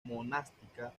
monástica